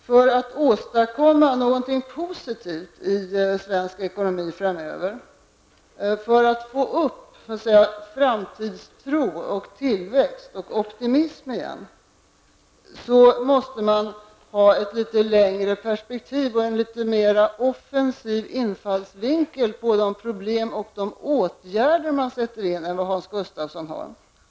För att åstadkomma någonting positivt i svensk ekonomi framöver, för att så att säga få upp framtidstro, tillväxt och optimism igen, måste man ha ett litet längre perspektiv och en litet mera offensiv infallsvinkel på problemen och på de åtgärder man sätter in än vad Hans Gustafsson har.